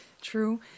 true